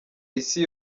isi